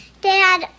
dad